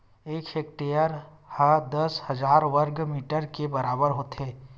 एक हेक्टेअर हा दस हजार वर्ग मीटर के बराबर होथे